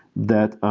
that